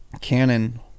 Canon